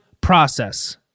process